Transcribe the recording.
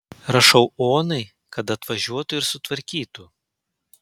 rašau onai kad atvažiuotų ir sutvarkytų